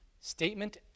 statement